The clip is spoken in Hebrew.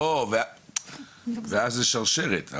ואז זו שרשרת.